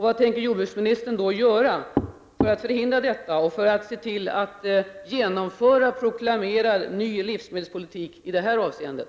Vad tänker jordbruksministern göra för att förhindra detta och för att se till att genomföra proklamerad ny livsmedelspolitik i det avseendet?